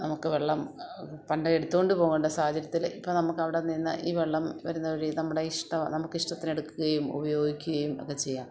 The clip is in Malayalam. നമുക്കു വെള്ളം പണ്ട് എടുത്തു കൊണ്ടു പോകേണ്ട സാഹചര്യത്തിൽ ഇപ്പം നമുക്കവിടെ നിന്ന് ഈ വെള്ളം വരുന്ന വഴി നമ്മുടെ ഇഷ്ടവ നമുക്കിഷ്ടത്തിന് എടുക്കുകയും ഉപയോഗിക്കുകയും ഒക്കെ ചെയ്യാം